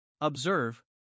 Observe